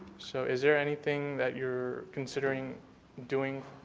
so is there anything that you're considering doing?